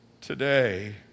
today